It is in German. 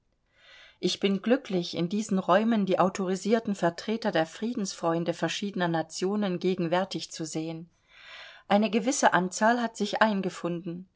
ich bin glücklich in diesen räumen die autorisierten vertreter der friedensfreunde verschiedener nationen gegenwärtig zu sehen eine gewisse anzahl hat sich eingefunden